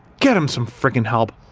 get him some friggin help.